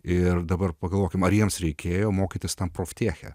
ir dabar pagalvokim ar jiems reikėjo mokytis tam profteche